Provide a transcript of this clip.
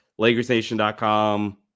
LakersNation.com